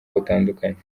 butandukanye